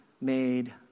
made